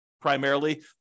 primarily